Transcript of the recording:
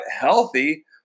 healthy